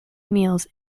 meals